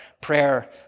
prayer